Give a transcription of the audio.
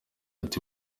ati